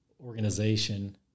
organization